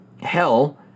hell